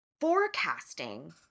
forecasting